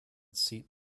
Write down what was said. seat